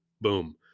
Boom